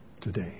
today